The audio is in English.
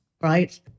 Right